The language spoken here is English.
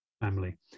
family